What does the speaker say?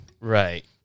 Right